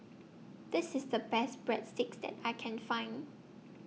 This IS The Best Breadsticks that I Can Find